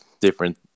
different